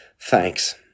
Thanks